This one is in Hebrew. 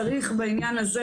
אז צריך בעניין הזה,